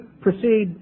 proceed